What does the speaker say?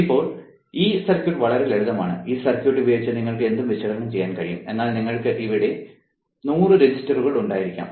ഇപ്പോൾ ഈ സർക്യൂട്ട് വളരെ ലളിതമാണ് ഈ സർക്യൂട്ട് ഉപയോഗിച്ച് നിങ്ങൾക്ക് എന്തും വിശകലനം ചെയ്യാൻ കഴിയും എന്നാൽ നിങ്ങൾക്ക് ഇവിടെ 100 രജിസ്റ്ററുകൾ ഉണ്ടായിരിക്കും